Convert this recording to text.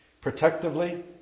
Protectively